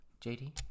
JD